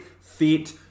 fit